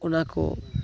ᱚᱱᱟ ᱠᱚ